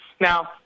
Now